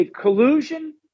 collusion